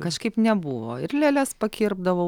kažkaip nebuvo ir lėles pakirpdavau